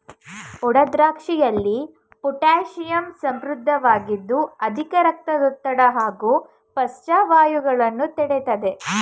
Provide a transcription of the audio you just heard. ಒಣದ್ರಾಕ್ಷಿಯಲ್ಲಿ potassium ಸಮೃದ್ಧವಾಗಿದ್ದು ಅಧಿಕ ರಕ್ತದೊತ್ತಡ ಹಾಗೂ ಪಾರ್ಶ್ವವಾಯುಗಳನ್ನು ತಡಿತದೆ